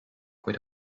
kuid